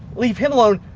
leave him alone!